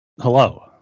Hello